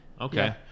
Okay